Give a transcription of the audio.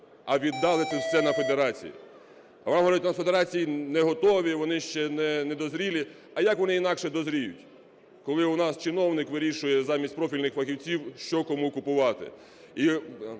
а віддали це все на федерації. Говорять, от федерації не готові, вони ще не дозріли. А як вони інакше дозріють, коли у нас чиновник вирішує, замість профільних фахівців, що кому купувати?